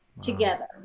together